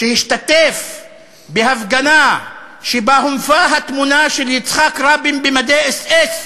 שהשתתף בהפגנה שבה הונפה התמונה של יצחק רבין במדי אס.אס.,